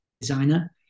designer